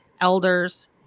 elders